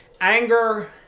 anger